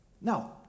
Now